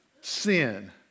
sin